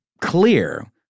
clear